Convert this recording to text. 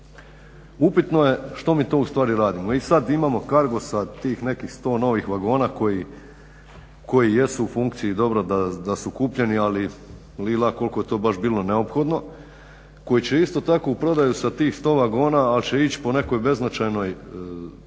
upitno je što mi to u stvari radimo. I sad imamo Cargo sa tih nekih 100 novih vagona koji jesu u funkciji, dobro da su kupljeni ali li la koliko je to baš bilo neophodno, koji će isto tako u prodaju sa tih 100 vagona ali će ići po nekoj beznačajnoj cifri,